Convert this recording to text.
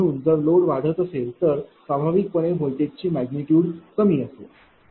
म्हणून जर लोड वाढत असेल तर स्वाभाविकपणे व्होल्टेजची मॅग्निट्यूड कमी असेल